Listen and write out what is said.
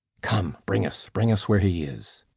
come, bring us, bring us where he is.